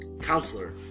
counselor